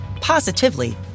positively